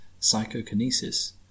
Psychokinesis